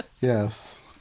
Yes